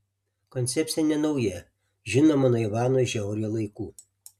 koncepcija nenauja žinoma nuo ivano žiauriojo laikų